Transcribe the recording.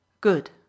Good